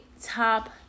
top